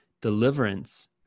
Deliverance